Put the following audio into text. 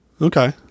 Okay